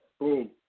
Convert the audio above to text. boom